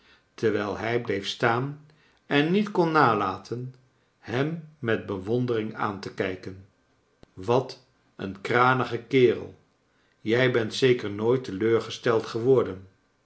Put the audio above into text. terwijl hij bleef staan en niet kon nalaten hem met bewondering aan te kijken wat een kranige kerel jij bent zeker nooit teleurgesteld geworden